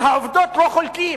על העובדות לא חולקים.